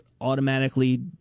automatically